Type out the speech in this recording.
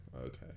Okay